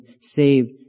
saved